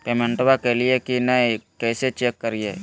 पेमेंटबा कलिए की नय, कैसे चेक करिए?